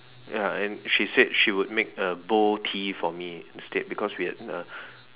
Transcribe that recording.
ya and she said she would make uh boh tea for me instead because we had a